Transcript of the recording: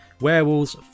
werewolves